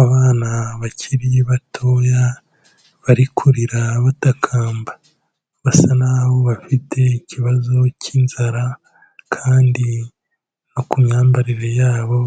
Abana bakiri batoya bari kurira batakamba, basa naho bafite ikibazo cy'inzara, kandi no ku myambarire yabo